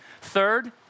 Third